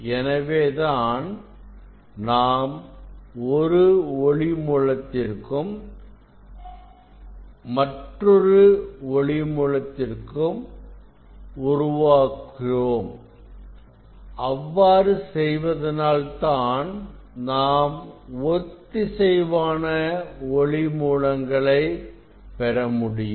எனவே தான் நாம் ஒரு ஒளி மூலத்தில் இருந்து மற்றொரு ஒளி மூலத்தையும் உருவாக்குகிறோம் அவ்வாறு செய்வதனால் தான் நாம் ஒத்திசைவான ஒளி மூலங்களை பெறமுடியும்